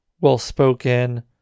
well-spoken